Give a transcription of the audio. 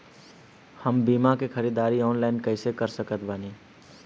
हम बीया के ख़रीदारी ऑनलाइन कैसे कर सकत बानी?